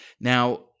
Now